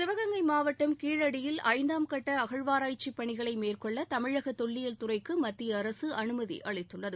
சிவகங்கை மாவட்டம் கீழடியில் ஐந்தாம் கட்ட அகழ்வாராய்ச்சி பணிகளை மேற்கொள்ள தமிழக தொல்லியல் துறைக்கு மத்திய அரசு அனுமதி அளித்துள்ளது